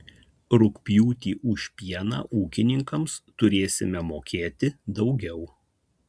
rugpjūtį už pieną ūkininkams turėsime mokėti daugiau